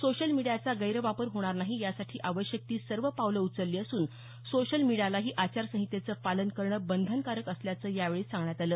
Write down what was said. social मीडियाचा गैरवापर होणार नाही यासाठी आवश्यक ती सर्व पावलं उचलली असून सोशल मीडियालाही आचारसंहितेचं पालन करणं बंधनकारक असल्याचं यावेळी सांगण्यात आलं